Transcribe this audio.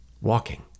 walking